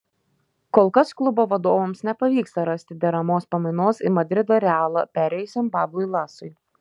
kol kas klubo vadovams nepavyksta rasti deramos pamainos į madrido realą perėjusiam pablui lasui